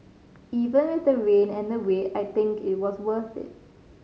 even with the rain and the wait I think it was worth it